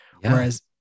whereas